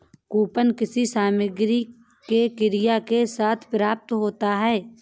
coupon किसी सामग्री के क्रय के साथ प्राप्त होता है